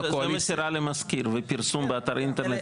מסירה למזכיר ופרסום באתר האינטרנט.